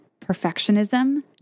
perfectionism